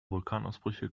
vulkanausbrüche